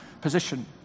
position